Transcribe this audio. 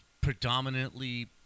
predominantly